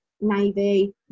Navy